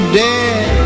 dead